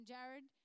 Jared